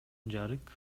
жарык